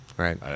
Right